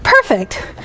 perfect